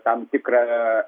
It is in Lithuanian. tam tikrą